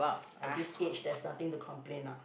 I this age there is nothing to complain ah